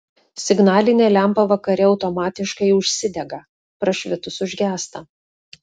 signalinė lempa vakare automatiškai užsidega prašvitus užgęsta